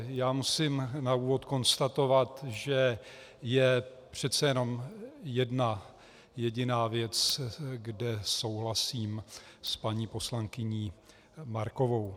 Já musím na úvod konstatovat, že je přece jenom jedna jediná věc, kde souhlasím s paní poslankyní Markovou.